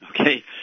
Okay